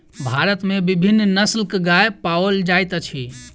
भारत में विभिन्न नस्लक गाय पाओल जाइत अछि